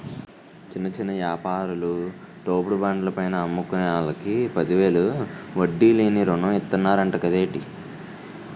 చిన్న చిన్న యాపారాలు, తోపుడు బండ్ల పైన అమ్ముకునే ఆల్లకి పదివేలు వడ్డీ లేని రుణం ఇతన్నరంట కదేటి